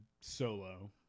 Solo